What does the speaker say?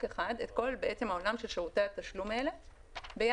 אחד את כל העולם של שירותי התשלום האלה ביחד,